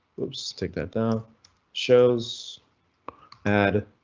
lipstick that down shows ad.